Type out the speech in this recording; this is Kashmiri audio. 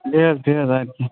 بِہِو حظ بِہِو حظ اَدٕ کے